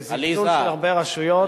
בזלזול של הרבה רשויות,